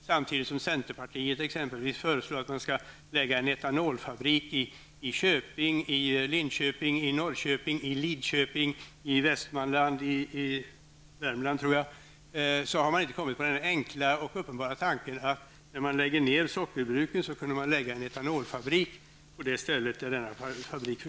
Samtidigt som centerpartiet exempelvis föreslår att man skall lägga etanolfabriker i Köping, Västmanland och, tror jag, i Värmland, har man inte kommit på den enkla och uppenbara tanken att när sockerbruk läggs ner vore det mycket lämpligt att placera etanolfabriker på de ställena.